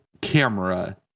camera